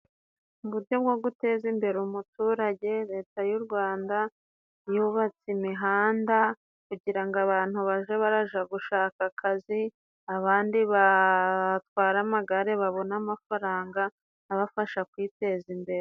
Mu buryo bwo guteza imbere umuturage, leta y'u Rwanda yubatse imihanda, kugira ngo abantu baje baraja gushaka akazi, abandi batware amagare babone amafaranga abafasha kwiteza imbere.